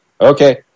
okay